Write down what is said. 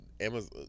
Amazon